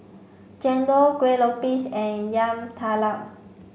Chendol Kueh Lopes and Yam Talam